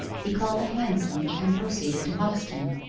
he called a hansom and proceeded to hoxton.